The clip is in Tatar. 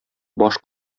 баш